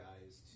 guys